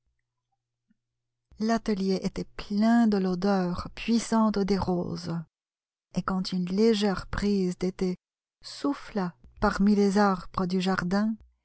atelier était plein de l'odeur puissante des roses et quand une légère brise d'été souffla parmi les arbres du jardin